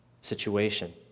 situation